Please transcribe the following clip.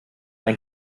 ein